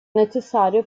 necessario